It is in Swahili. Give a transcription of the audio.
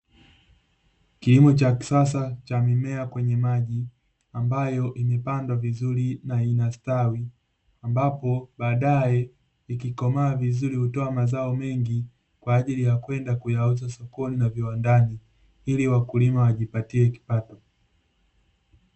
Kilimo cha kisasa cha mimea kwenye maji, ambayo imepandwa vizuri na inastawi, ambapo baadae ikikomaa vizuri hutoa mazao mengi kwa ajili ya kwenda kuyauza sokoni na viwandani, ili wakulima wajipatie kipato.